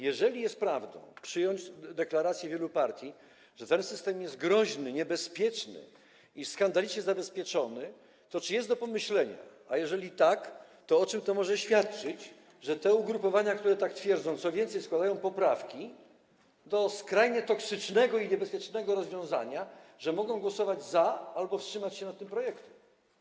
Jeżeli jest prawdą, jeżeli przyjąć deklaracje wielu partii, że ten system jest groźny, niebezpieczny i skandalicznie zabezpieczony, to czy jest do pomyślenia, a jeżeli tak, to o czym to może świadczyć, że te ugrupowania, które tak twierdzą, co więcej, składają poprawki do skrajnie toksycznego i niebezpiecznego rozwiązania, mogą głosować za albo wstrzymać się w głosowaniu nad tym projektem?